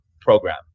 program